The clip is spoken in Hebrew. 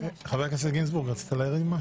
חבר הכנסת גינזבורג, רצית להעיר משהו?